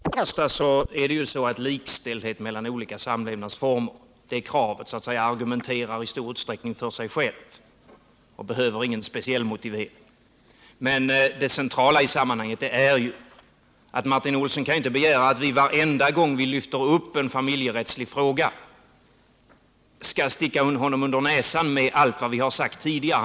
Herr talman! Jag tycker att Martin Olsson gör det litet för lätt för sig när han försöker komma undan med diverse rent formella argument. Först och främst är det ju så att kravet på likställdhet mellan olika samlevnadsformer i stor utsträckning så att säga argumenterar för sig självt. Det behövs således ingen speciell motivering. Men det centrala i sammanhanget är ju att Martin Olsson inte kan begära att vi, varenda gång vi lyfter upp en familjerättslig fråga i ljuset, skall sticka allt vad vi sagt tidigare under näsan på honom.